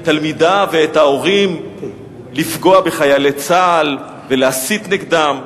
תלמידיו ואת ההורים לפגוע בחיילי צה"ל ולהסית נגדם?